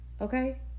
okay